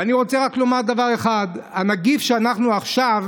ואני רוצה לומר דבר אחד: הנגיף שאנחנו עכשיו